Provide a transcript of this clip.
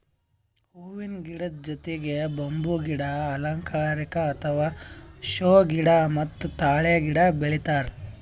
ಹೂವಿನ ಗಿಡದ್ ಜೊತಿಗ್ ಬಂಬೂ ಗಿಡ, ಅಲಂಕಾರಿಕ್ ಅಥವಾ ಷೋ ಗಿಡ ಮತ್ತ್ ತಾಳೆ ಗಿಡ ಬೆಳಿತಾರ್